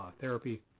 therapy